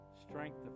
strength